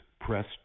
Press